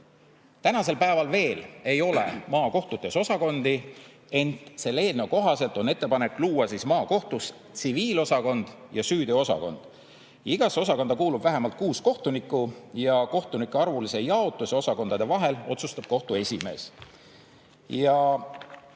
Tänasel päeval veel ei ole maakohtutes osakondi, ent selle eelnõu kohaselt on ettepanek luua maakohtutes tsiviilosakond ja süüteoosakond. Igasse osakonda kuulub vähemalt kuus kohtunikku ja kohtunike arvulise jaotuse osakondade vahel otsustab kohtu esimees. Ja